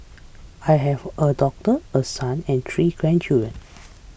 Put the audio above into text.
I have a daughter a son and three grandchildren